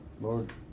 Lord